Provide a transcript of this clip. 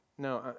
No